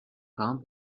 found